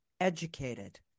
educated